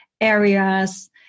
areas